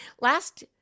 Last